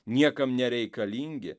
niekam nereikalingi